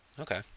Okay